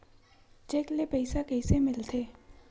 Cheque ले पईसा कइसे मिलथे?